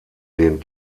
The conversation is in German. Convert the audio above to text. den